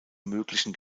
möglichen